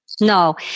no